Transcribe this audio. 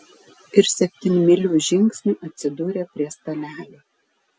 ir septynmyliu žingsniu atsidūrė prie stalelio